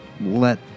let